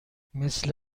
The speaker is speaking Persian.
مثل